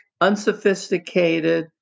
unsophisticated